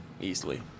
easily